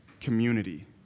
community